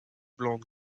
blown